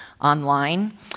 online